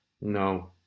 No